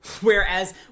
Whereas